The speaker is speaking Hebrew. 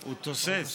הוא תוסס.